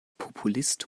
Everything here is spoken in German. populist